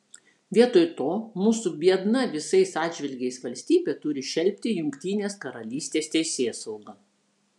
vietoj to mūsų biedna visais atžvilgiais valstybė turi šelpti jungtinės karalystės teisėsaugą